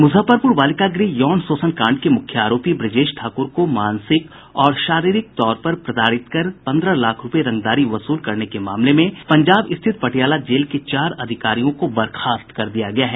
मुजफ्फरपुर बालिका गृह यौन शोषण कांड के मुख्य आरोपी ब्रजेश ठाक्र को मानसिक और शारीरिक तौर पर प्रताड़ित कर पन्द्रह लाख रूपये रंगदारी वसूल करने के मामले में पंजाब स्थित पटियाला जेल के चार अधिकारियों को बर्खास्त कर दिया गया है